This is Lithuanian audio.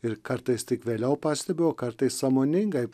ir kartais tik vėliau pastebiu o kartais sąmoningai